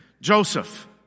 Joseph